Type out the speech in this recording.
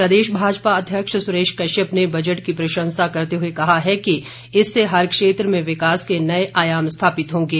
प्रदेश भाजपा अध्यक्ष सुरेश कश्यप ने बजट की प्रशंसा करते हुए कहा है कि इससे हर क्षेत्र में विकास के नए आयाम स्थापित होंगे